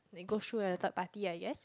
it goes through a third party I guess